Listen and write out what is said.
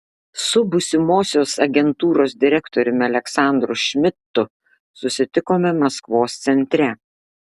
su būsimosios agentūros direktoriumi aleksandru šmidtu susitikome maskvos centre